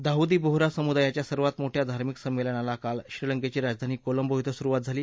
दाऊदी बोहरा समुदायाच्या सर्वात मोठ्या धार्मिक संमेलनला काल श्रीलंकेची राजधानी कोलंबो धिं सुरुवात झाली